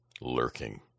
lurking